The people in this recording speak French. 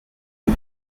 fut